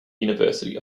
university